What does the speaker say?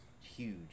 huge